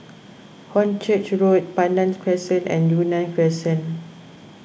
Hornchurch Road Pandan Crescent and Yunnan Crescent